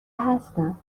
هستم